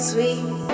Sweet